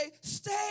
stay